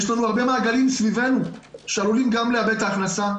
יש לנו הרבה מעגלים סביבנו שעלולים גם לאבד את ההכנסה,